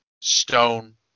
stone